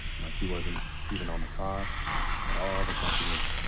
like, he wasn't even on the cot at all, the blanket was, yeah